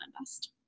best